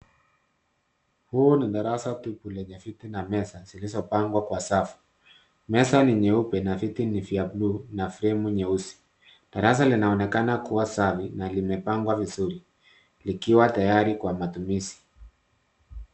Huu ni darasa tupu lenye viti na meza zilizopangwa kwa safu meza ni nyeupe na viti ni vya buluu na fremu nyeusi darasa linaonekana kuwa safi na limepangwa vizuri likiwa tayari kwa matumizi.